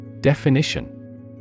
Definition